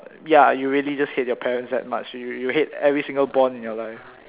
ya you really just hate your parents that much you you hate every single bond in your life ya